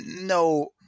no